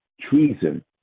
Treason